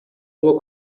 nur